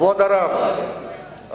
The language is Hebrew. כבוד הרב גפני,